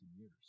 years